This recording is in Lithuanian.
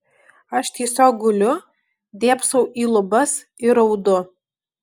aš tiesiog guliu dėbsau į lubas ir raudu